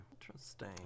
Interesting